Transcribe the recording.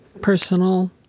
personal